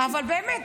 אבל באמת,